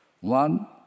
One